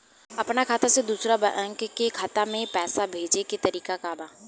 अपना खाता से दूसरा बैंक के खाता में पैसा भेजे के तरीका का बा?